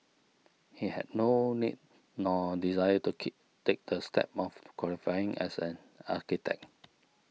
he had no need nor desire to keep take the step of qualifying as an architect